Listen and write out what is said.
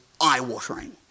eye-watering